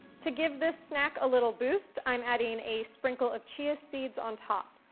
to give this snack a little boost, i'm adding a sprinkle of chia seeds on top,